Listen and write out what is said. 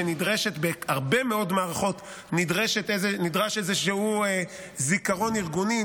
כשבהרבה מאוד מערכות נדרש איזשהו זיכרון ארגוני,